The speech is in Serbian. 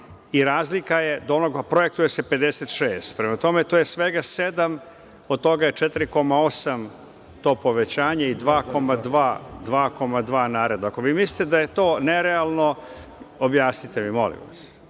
i razlika je, projektuje se 56. Prema tome, to je svega sedam, od toga je 4,8 to povećanje i 2,2 naredna. Ako vi mislite da je to nerealno, objasnite mi, molim vas.